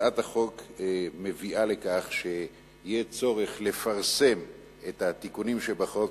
הצעת החוק מביאה לכך שיהיה צורך לפרסם את התיקונים שבחוק,